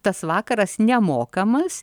tas vakaras nemokamas